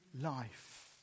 life